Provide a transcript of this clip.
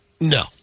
No